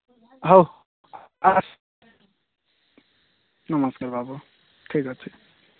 ହଉ ନମସ୍କାର ବାବୁ ଠିକ୍ ଅଛି